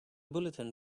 bulletin